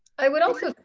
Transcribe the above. i would also,